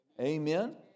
Amen